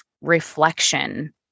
reflection